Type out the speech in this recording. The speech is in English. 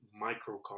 microcosm